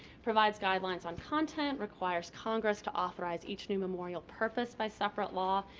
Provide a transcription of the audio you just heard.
provides guidelines on content, requires congress to authorize each new memorial purpose by separate law.